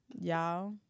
y'all